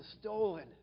stolen